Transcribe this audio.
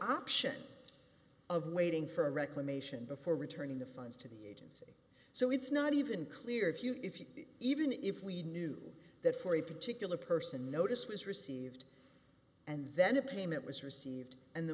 option of waiting for a reclamation before returning the funds to the eighty so it's not even clear if you if you even if we knew that for a particular person notice was received and then a payment was received and the